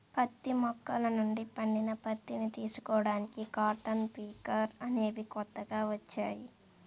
పత్తి మొక్కల నుండి పండిన పత్తిని తీసుకోడానికి కాటన్ పికర్ అనేవి కొత్తగా వచ్చాయి